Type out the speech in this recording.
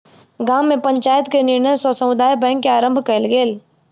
गाम में पंचायत के निर्णय सॅ समुदाय बैंक के आरम्भ कयल गेल